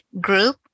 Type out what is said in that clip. group